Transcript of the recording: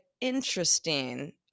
interesting